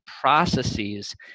processes